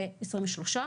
23 מקרים,